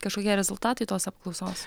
kažkokie rezultatai tos apklausos